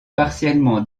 partiellement